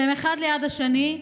והם אחד ליד השני,